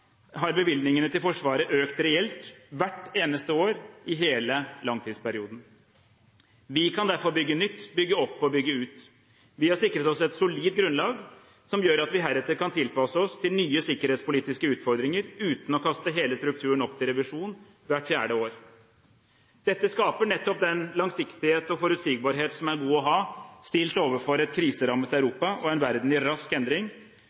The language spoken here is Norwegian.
har vi økt bevilgningene til Forsvaret reelt hvert eneste år i hele langtidsperioden. Vi kan derfor bygge nytt, bygge opp og bygge ut. Vi har sikret oss et solid grunnlag som gjør at vi heretter kan tilpasse oss nye sikkerhetspolitiske utfordringer uten å kaste hele strukturen opp til revisjon hvert fjerde år. Dette skaper nettopp en langsiktighet og en forutsigbarhet som er god å ha, stilt overfor et kriserammet Europa og en verden i rask endring.